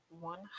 one